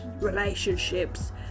relationships